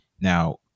Now